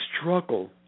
struggle